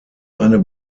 eine